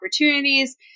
opportunities